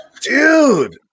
Dude